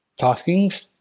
taskings